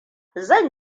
zan